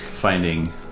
finding